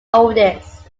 oldest